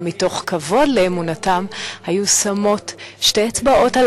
אבל מתוך כבוד לאמונתם הן היו שמות שתי אצבעות על